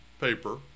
paper